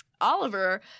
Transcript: Oliver